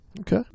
Okay